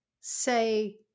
say